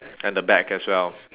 and the back as well